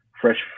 fresh